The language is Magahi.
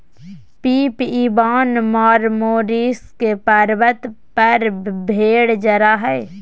पिप इवान मारमारोस्की पर्वत पर भेड़ चरा हइ